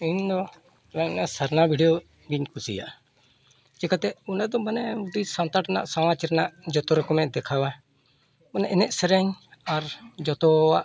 ᱤᱧᱫᱚ ᱚᱱᱟ ᱥᱟᱨᱱᱟ ᱵᱷᱤᱰᱭᱳ ᱜᱤᱧ ᱠᱩᱥᱤᱭᱟᱜᱼᱟ ᱪᱤᱠᱟᱹᱛᱮ ᱩᱱᱟᱹᱜ ᱫᱚ ᱢᱟᱱᱮ ᱟᱹᱰᱤ ᱥᱟᱱᱛᱟᱲ ᱨᱮᱱᱟᱜ ᱥᱚᱢᱟᱡᱽ ᱨᱮᱱᱟᱜ ᱡᱚᱛᱚᱨᱚᱠᱚᱢᱮ ᱫᱮᱠᱷᱟᱣᱟ ᱚᱱᱮ ᱮᱱᱮᱡ ᱥᱮᱨᱮᱧ ᱟᱨ ᱡᱚᱛᱚᱣᱟᱜ